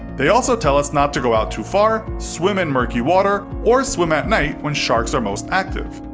they also tell us not to go out too far, swim in murky water, or swim at night when sharks are most active.